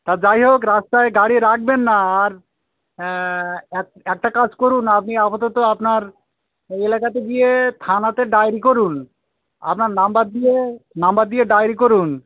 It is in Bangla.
তা যাই হোক রাস্তায় গাড়ি রাখবেন না আর এক একটা কাজ করুন আপনি আপাতত আপনার এলাকাতে গিয়ে থানাতে ডায়রি করুন আপনার নম্বর দিয়ে নম্বর দিয়ে ডায়রি করুন